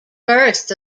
first